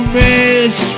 miss